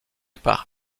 par